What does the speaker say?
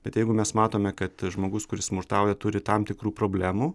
bet jeigu mes matome kad žmogus kuris smurtauja turi tam tikrų problemų